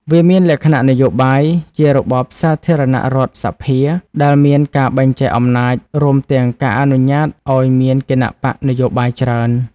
វាមានលក្ខណៈនយោបាយ ជារបបសាធារណរដ្ឋសភា ដែលមានការបែងចែកអំណាច រួមទាំងការអនុញ្ញាតឱ្យមានគណបក្សនយោបាយច្រើន។